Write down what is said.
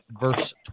verse